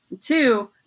Two